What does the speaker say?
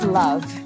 love